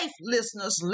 listeners